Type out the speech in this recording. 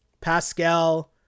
Pascal